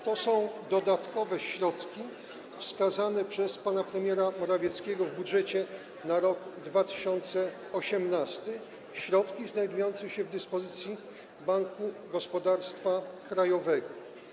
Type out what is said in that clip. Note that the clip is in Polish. To są dodatkowe środki wskazane przez pana premiera Morawieckiego w budżecie na rok 2018, środki znajdujące się w dyspozycji Banku Gospodarstwa Krajowego.